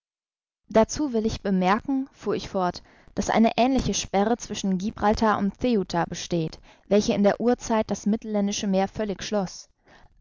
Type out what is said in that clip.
dazu will ich bemerken fuhr ich fort daß eine ähnliche sperre zwischen gibraltar und ceuta besteht welche in der urzeit das mittelländische meer völlig schloß